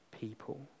people